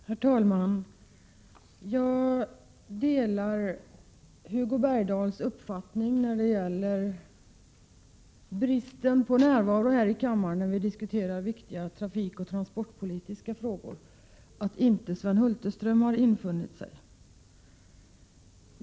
Herr talman! Jag delar Hugo Bergdahls uppfattning när det gäller Sven Hulterströms frånvaro från kammaren, när vi diskuterar viktiga trafikoch transportpolitiska frågor.